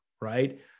right